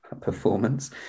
performance